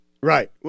Right